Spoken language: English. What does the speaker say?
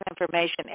information